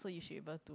so you should able to